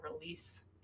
release